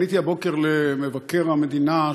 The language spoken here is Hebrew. פניתי הבוקר למבקר המדינה,